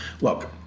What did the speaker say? look